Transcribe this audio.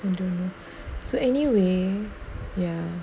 I don't know so anyway